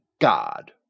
God